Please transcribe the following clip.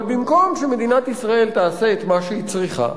אבל במקום שמדינת ישראל תעשה את מה שהיא צריכה,